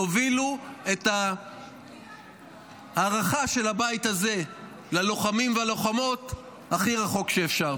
תובילו את ההערכה של הבית הזה ללוחמים והלוחמות הכי רחוק שאפשר.